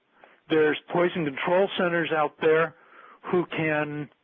there are poison control centers out there who can.